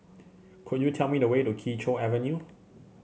could you tell me the way to Kee Choe Avenue